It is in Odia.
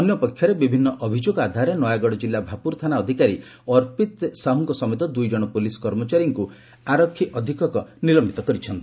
ଅନ୍ୟପକ୍ଷରେ ବିଭିନ୍ନ ଅଭିଯୋଗ ଆଧାରରେ ନୟାଗଡ କିଲ୍ଲା ଭାପୁର ଥାନା ଅଧିକାରୀ ଅର୍ପିତ ସାହୁଙ୍ଙ ସମେତ ଦୁଇଜଣ ପୋଲିସ କର୍ମଚାରୀଙ୍କୁ ଆରକ୍ଷୀ ଅଧିକ୍ଷକ ନିଲମ୍ପିତ କରିଛନ୍ତି